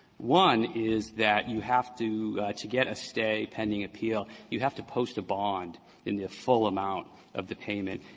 one is that you have to to get a stay pending appeal, you have to post a bond in the full amount of the payment.